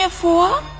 vor